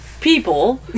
people